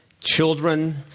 children